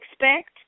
expect